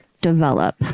develop